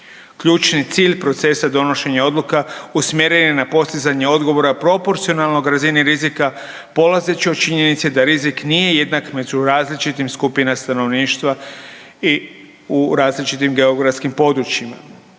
Ključni cilj procesa donošenja odluka usmjeren je na postizanje odgovora proporcionalnog razini rizika polazeći od činjenice da rizik nije jednak među različitim skupinama stanovništva i u različitom geografskim područjima.